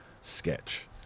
Sketch